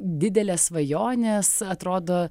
didelės svajonės atrodo